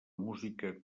música